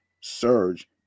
surge